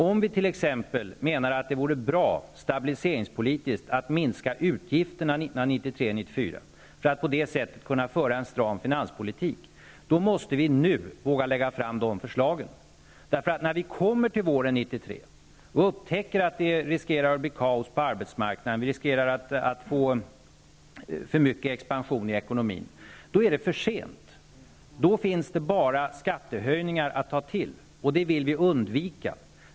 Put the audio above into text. Om vi t.ex. menar att det vore bra, stabiliseringspolitiskt, att minska utgifterna 1993/94, för att på det sättet kunna föra en stram finanspolitik, måste vi nu våga lägga fram de förslagen, därför att när vi kommer till våren 1993 och upptäcker att det riskerar att bli kaos på arbetsmarknaden, att vi riskerar att få för mycket expansion i ekonomin, då är det för sent. Då finns det bara skattehöjningar att ta till, och det vill vi undvika.